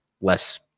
less